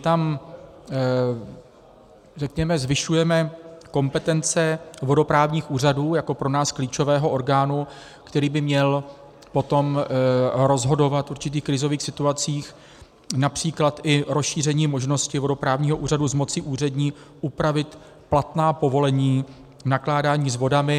tam zvyšujeme kompetence vodoprávních úřadů jako pro nás klíčového orgánu, který by měl potom rozhodovat v určitých krizových situacích, například i rozšíření možnosti vodoprávního úřadu z moci úřední upravit platná povolení k nakládání s vodami.